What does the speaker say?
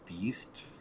beast